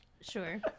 sure